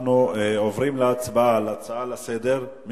אנחנו עוברים להצבעה על ההצעה לסדר-היום.